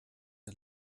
der